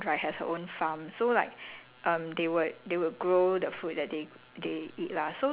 ya then they some some people will grow their own food and stuff then her aunt right has her own farm so like